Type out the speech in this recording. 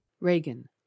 Reagan